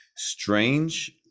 strange